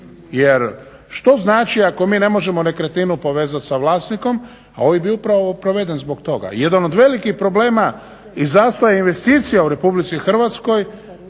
jer što znači ako mi ne možemo nekretninu povezat sa vlasnikom, a OIB je upravo proveden zbog toga. Jedan od velikih problema i zastoja investicija u Republici Hrvatskoj